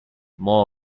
more